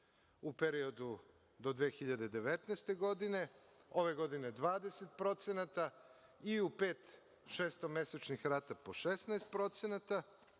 u periodu do 2019. godine. Ove godine 20% i u pet šestomesečnih rata po 16%.